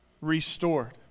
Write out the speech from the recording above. restored